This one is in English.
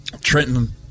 Trenton